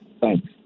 Thanks